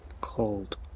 cold